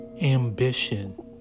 Ambition